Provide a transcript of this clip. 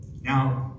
Now